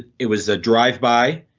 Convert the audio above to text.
it was a drive by.